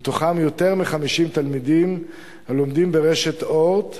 מתוכם יותר מ-50 תלמידים לומדים ברשת "אורט".